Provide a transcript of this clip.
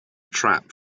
trap